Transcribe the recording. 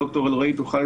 ד"ר אלרעי תוכל,